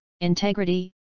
integrity